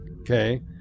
okay